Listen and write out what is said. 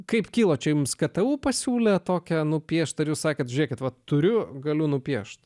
kaip kilo čia jums ktu pasiūlė tokią nupiešti ar jūs sakėt žiūrėkit va turiu galiu nupiešti